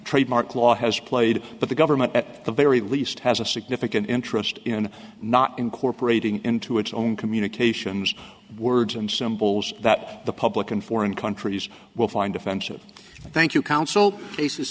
trademark law has played but the government at the very least has a significant interest in not incorporating into its own communications words and symbols that the public in foreign countries will find offensive thank you counsel